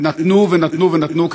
נתנו ונתנו ונתנו,